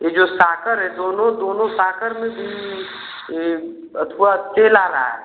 यह जो साकर है दोनों दोनों साकर में भी ए अथवा तेल आ रहा है